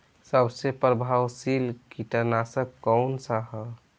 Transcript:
सबसे प्रभावशाली कीटनाशक कउन सा ह?